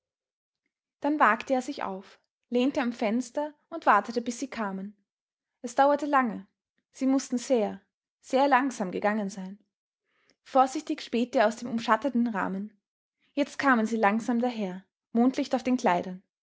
dann wagte er sich auf lehnte am fenster und wartete bis sie kamen es dauerte lange sie mußten sehr sehr langsam gegangen sein vorsichtig spähte er aus dem umschatteten rahmen jetzt kamen sie langsam daher mondlicht auf den kleidern